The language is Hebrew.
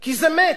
כי זה מת,